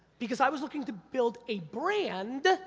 because i was looking to build a brand,